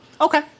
Okay